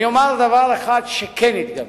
אני אומר דבר אחד שכן עשינו.